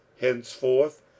Henceforth